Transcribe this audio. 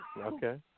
okay